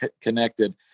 connected